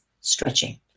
stretching